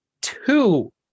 Two